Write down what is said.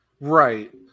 Right